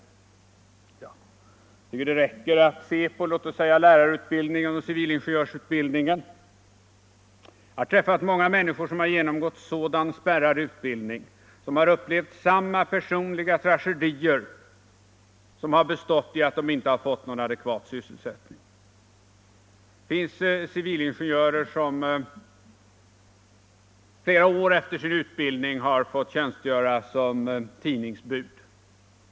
Jag tycker förstås det räcker med att se på låt oss säga lärarutbildningen eller civilingenjörsutbildningen för att konstatera motsatsen. Jag har träffat många människor som har genomgått sådan spärrad utbildning, och de har upplevt samma personliga tragedi — att inte ha fått någon adekvat sysselsättning. Det finns civilingenjörer som i flera år efter avslutandet av sin utbildning har fått tjänstgöra som tidningsbud.